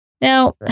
Now